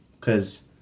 cause